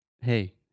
hey